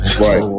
right